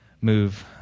move